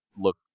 look